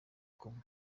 kumwe